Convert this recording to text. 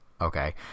Okay